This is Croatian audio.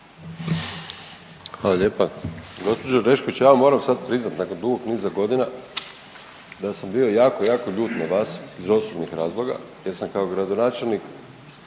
Hvala lijepa. Gđo. Orešković, ja vam moram sad priznat nakon dugog niza godina da sam bio jako jako ljut na vas iz osobnih razloga jer sam kao gradonačelnik